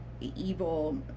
evil